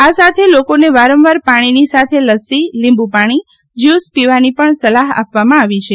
આ સાથે લોકોને વારંવાર પાણીની સાથે લસ્સી લીંબ્ પાણી જ્યુશ પીવાની પણ સલાહ આપવામાં આવી છે